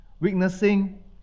witnessing